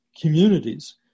communities